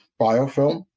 biofilm